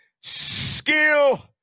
skill